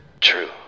True